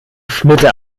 schnitte